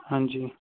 ਹਾਂਜੀ